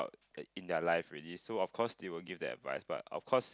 in their life already so of course they will give that advice but of course